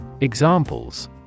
Examples